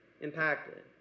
impacted